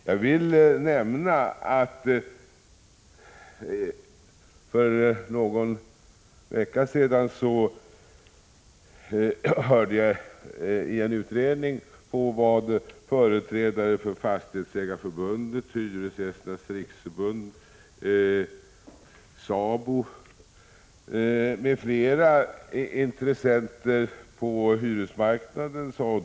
Jag vill nämna att för någon vecka sedan hörde jag i en utredning på vad företrädare för Fastighetsägareförbundet, Hyresgästernas riksförbund, SA BO m.fl. intressenter på hyresmarknaden sade.